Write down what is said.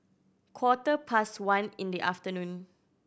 quarter past one in the afternoon